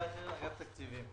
רועי רייכר, מאגף תקציבים.